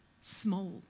small